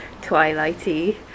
twilighty